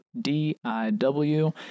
D-I-W